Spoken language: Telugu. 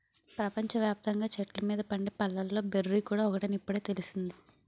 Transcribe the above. ప్రపంచ వ్యాప్తంగా చెట్ల మీద పండే పళ్ళలో బెర్రీ కూడా ఒకటని ఇప్పుడే తెలిసింది